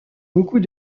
beaucoup